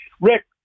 Rick